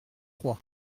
trois